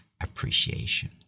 appreciation